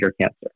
cancer